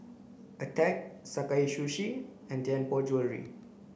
Attack Sakae Sushi and Tianpo Jewellery